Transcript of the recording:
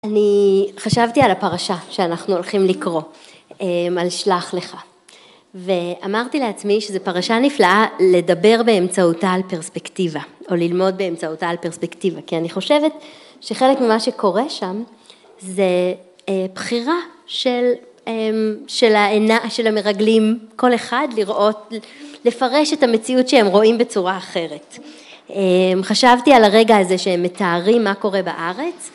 אני חשבתי על הפרשה שאנחנו הולכים לקרוא, על שלח לך ואמרתי לעצמי שזו פרשה נפלאה לדבר באמצעותה על פרספקטיבה או ללמוד באמצעותה על פרספקטיבה, כי אני חושבת שחלק ממה שקורה שם זה בחירה של העיניים של המרגלים, כל אחד לראות, לפרש את המציאות שהם רואים בצורה אחרת. חשבתי על הרגע הזה שהם מתארים מה קורה בארץ.